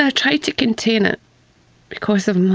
i try to contain it because of